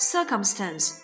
Circumstance